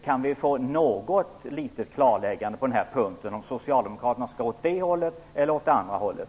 Kan vi få något litet klarläggande på den här punkten, om Socialdemokraterna skall gå åt det ena hållet eller åt det andra hållet?